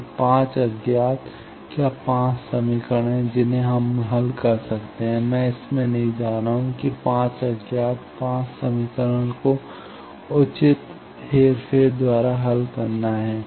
तो 5 अज्ञात क्या 5 समीकरण हैं जिन्हें हम हल कर सकते हैं मैं इसमें नहीं जा रहा हूं कि 5 अज्ञात 5 समीकरणों को उचित हेरफेर द्वारा हल करना है